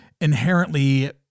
inherently